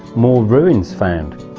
more ruins found.